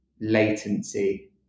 latency